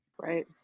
Right